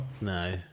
No